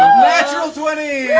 natural twenty!